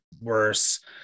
worse